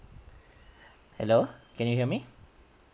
hello can you hear me